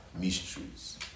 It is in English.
mysteries